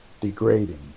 degrading